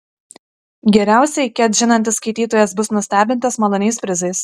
geriausiai ket žinantis skaitytojas bus nustebintas maloniais prizais